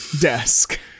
desk